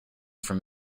from